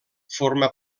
forma